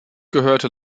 gehörte